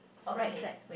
right side